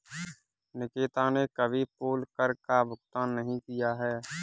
निकिता ने कभी पोल कर का भुगतान नहीं किया है